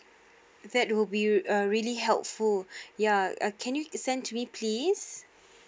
that would be uh really helpful ya uh can you send me please